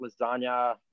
lasagna